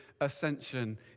ascension